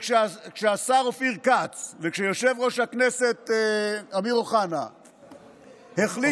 וכשהשר אופיר כץ ויושב-ראש הכנסת אמיר אוחנה החליטו,